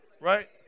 Right